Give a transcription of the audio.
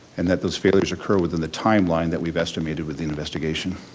and that those failure occur within the timeline that we've estimated with the investigation.